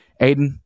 Aiden